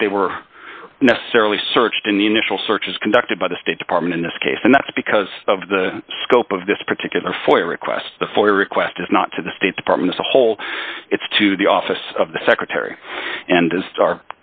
that they were necessarily searched in the initial search was conducted by the state department in this case and that's because of the scope of this particular foyer request before a request is not to the state department as a whole it's to the office of the secretary and as